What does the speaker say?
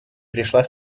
пришла